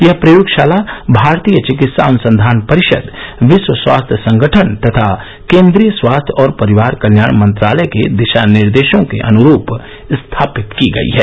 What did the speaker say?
यह प्रयोगशाला भारतीय चिकित्सा अनुसंघान परिषद विश्व स्वास्थ्य संगठन तथा केन्द्रीय स्वास्थ्य और परिवार कल्याण मंत्रालय के दिशा निर्देशों के अनुरूप स्थापित की गई है